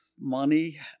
money